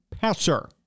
passer